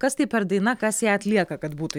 kas tai per daina kas ją atlieka kad būtų